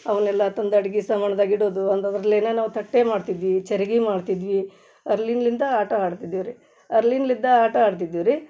ಅವನ್ನೆಲ್ಲ ತಂದು ಅಡ್ಗೆ ಸಾಮಾನ್ದಾಗ ಇಡೋದು ಅಂಥದ್ರಲ್ಲೇ ನಾವು ತಟ್ಟೆ ಮಾಡ್ತಿದ್ವಿ ಚರ್ಗೆ ಮಾಡ್ತಿದ್ವಿ ಅರ್ಲಿನಿಂದ ಆಟ ಆಡ್ತಿದ್ದೀವಿ ರೀ ಅರ್ಲಿನಿಂದ ಆಟ ಆಡ್ತಿದ್ದೀವಿ ರೀ